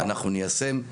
אנחנו ניישם.